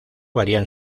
varían